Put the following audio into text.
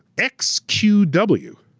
x q w.